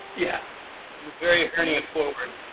yeah. it was very hernia forward.